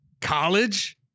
college